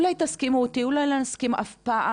אולי תסכימו איתי ואולי לא נסכים אף פעם,